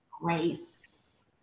grace